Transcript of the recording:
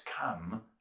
come